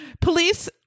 Police